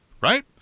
right